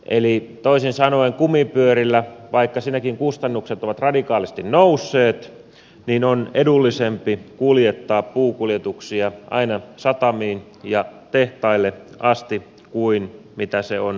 eli toisin sanoen kumipyörillä vaikka siinäkin kustannukset ovat radikaalisti nousseet on edullisempi kuljettaa puunkuljetuksia aina satamiin ja tehtaille asti kuin mitä se on rautateitse